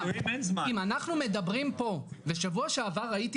אם אנחנו מדברים פה ושבוע שעבר הייתי